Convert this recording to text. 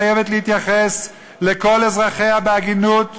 חייבת להתייחס לכל אזרחיה בהגינות ובכבוד,